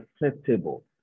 acceptable